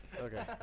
Okay